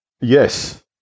Yes